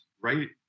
right